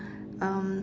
um